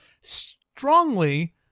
strongly